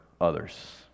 others